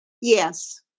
Yes